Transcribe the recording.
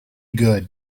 good